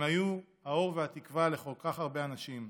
הם היו האור והתקווה לכל כך הרבה אנשים,